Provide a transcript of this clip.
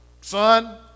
son